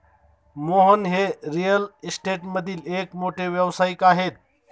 मोहन हे रिअल इस्टेटमधील एक मोठे व्यावसायिक आहेत